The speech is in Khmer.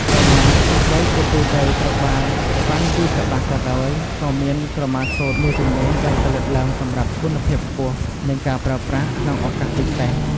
ក្រម៉ាទោះបីជាទូទៅត្រូវបានត្បាញពីកប្បាសក៏ដោយ ក៏មាន ក្រម៉ាសូត្រ មួយចំនួនដែលផលិតឡើងសម្រាប់គុណភាពខ្ពស់ និងការប្រើប្រាស់ក្នុងឱកាសពិសេស។